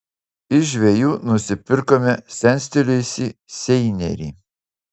iš žvejų nusipirkome senstelėjusį seinerį